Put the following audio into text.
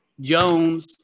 Jones